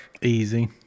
Easy